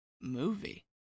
movie